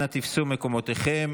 אנא תפסו את מקומותיכם.